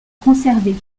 conservé